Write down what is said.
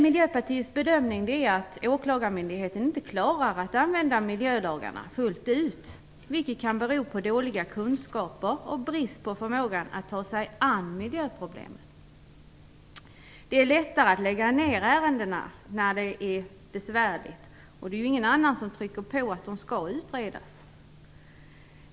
Miljöpartiets bedömning är att åklagarmyndigheten inte klarar att använda miljölagarna fullt ut, vilket kan bero på dåliga kunskaper och brister i förmågan att ta sig an miljöproblemen. Det är lättare att lägga ner ärendena när det är besvärligt. Det är ingen annan som trycker på att de skall utredas.